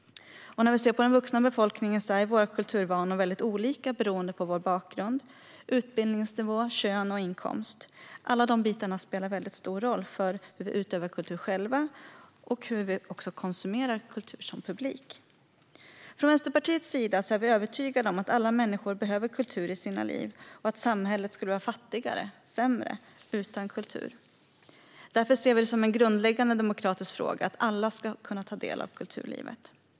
I den vuxna befolkningen är kulturvanorna väldigt olika beroende på bakgrund, utbildningsnivå, kön och inkomst. Alla dessa bitar spelar stor roll för hur vi själva utövar kultur och hur vi konsumerar kultur som publik. Vi i Vänsterpartiet är övertygade om att alla människor behöver kultur i sina liv och att samhället skulle vara fattigare och sämre utan kultur. Därför ser vi det som en grundläggande demokratisk fråga att alla ska kunna ta del av kulturlivet.